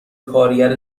کارگر